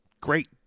great